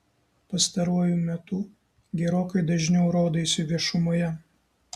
pastaruoju metu gerokai dažniau rodaisi viešumoje